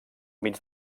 mig